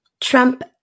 Trump